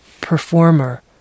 performer